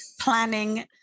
planning